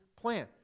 plan